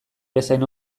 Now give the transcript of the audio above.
bezain